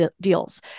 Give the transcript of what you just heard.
deals